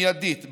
מיידית,